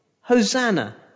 Hosanna